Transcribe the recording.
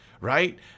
right